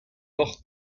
noch